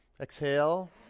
Exhale